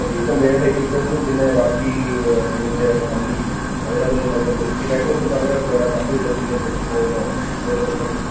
okay ഇപ്പം വേണ്ട എക്യുപ്മെന്റ്സും പിന്നെ ബാക്കി സിമന്റ് കമ്പി അതിനകത്തൊന്നും കഴിഞ്ഞ ദിവസം പറയുന്ന കേട്ടല്ലോ അവിടെ കമ്പി ഇട്ടത് പിന്നെയും പൊട്ടി പോയെന്നോ അതിനെന്താ പ്രശ്നം